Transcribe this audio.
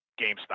GameStop